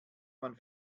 man